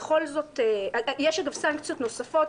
יש אגב סנקציות נוספות,